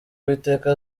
uwiteka